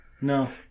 No